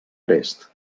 prest